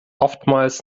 oftmals